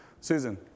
Susan